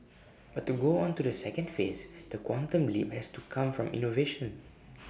but to go on to the second phase the quantum leap has to come from innovation